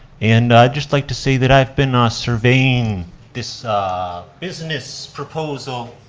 and i'd just like to say that i've been ah surveying this business proposal,